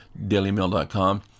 DailyMail.com